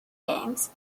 games